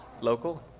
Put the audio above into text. Local